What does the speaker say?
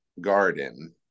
garden